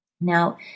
Now